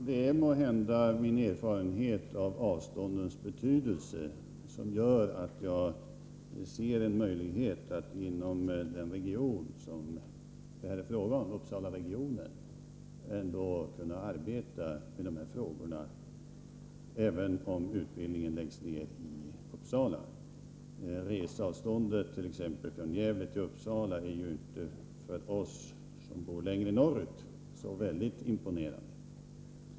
Herr talman! Måhända är det min erfarenhet av avståndens betydelse som gör att jag ändå ser en möjlighet att inom den region som det här är fråga om — Uppsalaregionen — arbeta med dessa frågor, även om utbildningen i Uppsala läggs ned. Reseavståndet mellan Gävle och Uppsala t.ex. är för oss som bor litet längre norrut inte särskilt imponerande.